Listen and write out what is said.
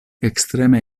ekstreme